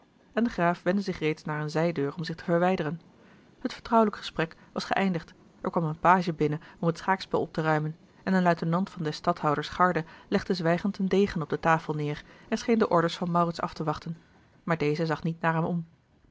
en de graaf wendde zich reeds naar eene zijdeur om zich te verwijderen het vertrouwelijk gesprek was geëindigd er kwam een page binnen om het schaakspel op te ruimen en een luitenant van des stadhouders garde legde zwijgend een degen op de tafel neêr en scheen de orders van maurits af te wachten maar deze zag niet naar hem om